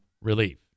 relief